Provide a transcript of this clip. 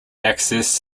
access